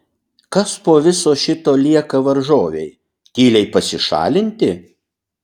kas po viso šito lieka varžovei tyliai pasišalinti